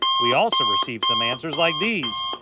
we also received some answers like these.